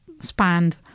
spanned